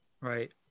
Right